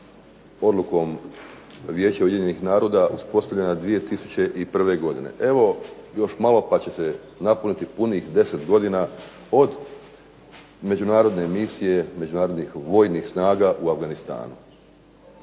odlukom Vijeća Ujedinjenih naroda uspostavljena 2001. godine, evo još malo pa će se napuniti 10 godina od međunarodne misije, međunarodnih vojnih snaga u Afganistanu.